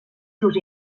seus